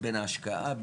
בין ההשקעה,